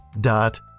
dot